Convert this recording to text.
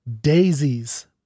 Daisies